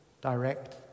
direct